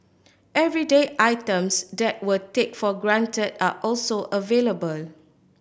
everyday items that we take for granted are also available